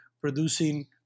producing